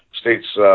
states